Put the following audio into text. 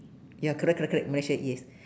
ya correct correct correct malaysia yes